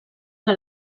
que